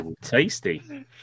tasty